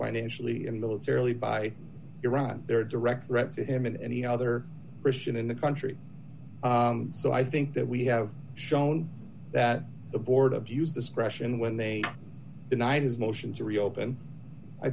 financially and militarily by iran they're a direct threat to him and any other christian in the country so i think that we have shown that the board of use discretion when they deny his motion to reopen i